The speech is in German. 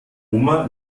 oma